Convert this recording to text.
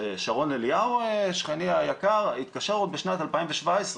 ששרון אליהו שכני היקר התקשר עוד בשנת 2017,